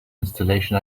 installation